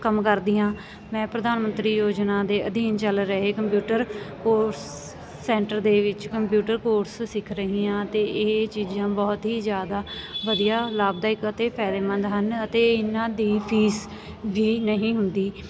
ਕੰਮ ਕਰਦੀ ਹਾਂ ਮੈਂ ਪ੍ਰਧਾਨ ਮੰਤਰੀ ਯੋਜਨਾ ਦੇ ਅਧੀਨ ਚੱਲ ਰਹੇ ਕੰਪਿਊਟਰ ਕੋਰਸ ਸੈਂਟਰ ਦੇ ਵਿੱਚ ਕੰਪਿਊਟਰ ਕੋਰਸ ਸਿੱਖ ਰਹੀ ਹਾਂ ਅਤੇ ਇਹ ਚੀਜ਼ਾਂ ਬਹੁਤ ਹੀ ਜ਼ਿਆਦਾ ਵਧੀਆ ਲਾਭਦਾਇਕ ਅਤੇ ਫਾਇਦੇਮੰਦ ਹਨ ਅਤੇ ਇਹਨਾਂ ਦੀ ਫੀਸ ਵੀ ਨਹੀਂ ਹੁੰਦੀ